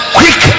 quick